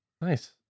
Nice